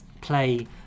play